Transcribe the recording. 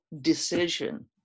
decision